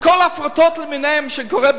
הרסתם את